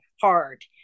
hard